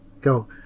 Go